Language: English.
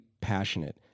passionate